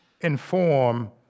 inform